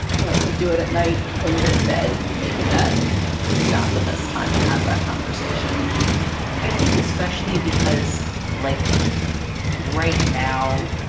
you know, if you do it at night when you're in bed, maybe that is not the best time to have that conversation i think especially because like right now,